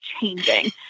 changing